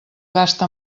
gasta